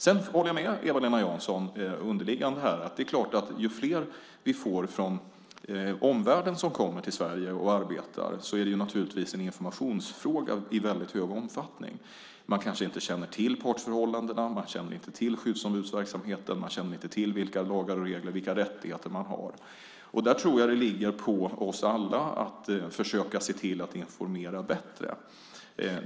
Jag håller med Eva-Lena Jansson att ju fler som kommer från omvärlden till Sverige och arbetar desto mer blir det en fråga om information. Man kanske inte känner till partsförhållandena, man känner inte till skyddsombudsverksamheten och man känner inte till lagar och regler och vilka rättigheter man har. Där ligger det på oss alla att försöka se till att informera bättre.